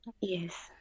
yes